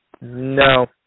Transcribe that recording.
No